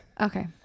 Okay